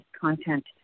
content